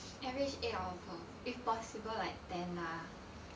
average eight or above if possible like ten lah